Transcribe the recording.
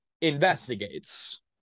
investigates